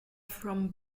from